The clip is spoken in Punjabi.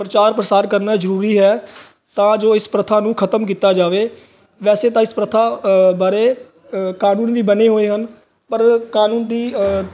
ਪ੍ਰਚਾਰ ਪ੍ਰਸਾਰ ਕਰਨਾ ਜ਼ਰੂਰੀ ਹੈ ਤਾਂ ਜੋ ਇਸ ਪ੍ਰਥਾ ਨੂੰ ਖ਼ਤਮ ਕੀਤਾ ਜਾਵੇ ਵੈਸੇ ਤਾਂ ਇਸ ਪ੍ਰਥਾ ਬਾਰੇ ਅ ਕਾਨੂੰਨ ਵੀ ਬਣੇ ਹੋਏ ਹਨ ਪਰ ਕਾਨੂੰਨ ਦੀ